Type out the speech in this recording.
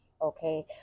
Okay